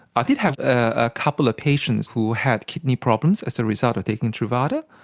i did have a couple of patients who had kidney problems as a result of taking truvada.